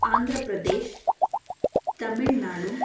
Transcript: Andhra Pradesh Tamil Nadu